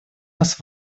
нас